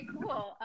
cool